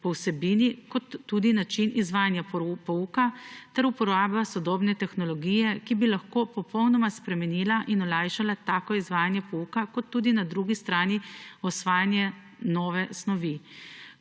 programe kot tudi način izvajanja pouka ter uporabe sodobne tehnologije, ki bi lahko popolnoma spremenila in olajšala izvajanje pouka ter na drugi strani tudi usvajanje nove snovi.